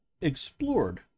explored